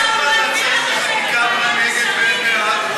חברת הכנסת,